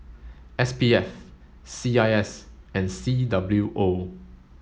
S P F C I S and C W O